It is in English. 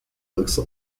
looks